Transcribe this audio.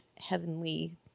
heavenly